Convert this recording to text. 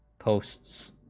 posts